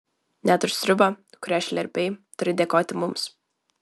net už sriubą kurią šlerpei turi dėkoti mums